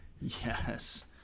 Yes